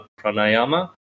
pranayama